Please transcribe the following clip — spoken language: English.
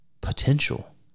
potential